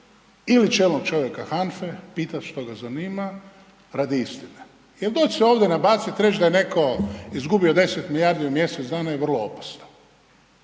ili čelnog čovjeka HANFA-e pitat što ga zanima radi istine. Jer doći se ovdje nabaciti i reći da je netko izgubio 10 milijardi u mjesec dana je vrlo opasno.